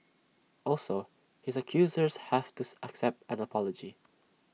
also his accusers have to accept an apology